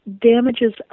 damages